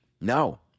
no